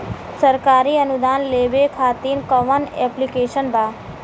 सरकारी अनुदान लेबे खातिर कवन ऐप्लिकेशन बा?